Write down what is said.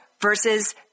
versus